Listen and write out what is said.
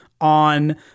on